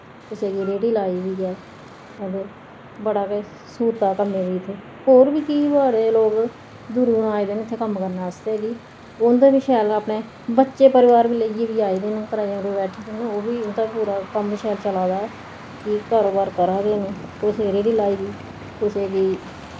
कुसै गी रेड़ी लाई दी ऐ हां ते बड़ा गै स्हूलतां कम्मै दी इत्थेैऔर बी केई बड़े लोग दूरां दूरां आए दे न इत्थै कम्म करने आस्तै कि उंदे बी शैल अपने बच्चे परिवार बी लेइयै बी आए दे न कराएं पर बैठे दे न ओह् बी उंदा पूरा कम्म शैल चला दा कि कारोबार चला दे न कुसै रेड़ी लाई दी कुसे गी